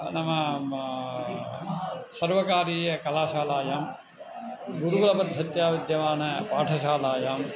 नाम मा सर्वकारीयकलाशालायां गुरुकुलपद्धत्या विद्यमानपाठशालायां